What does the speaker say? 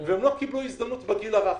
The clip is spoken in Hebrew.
והם לא קיבלו הזדמנות בגיל הרך.